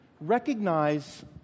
Recognize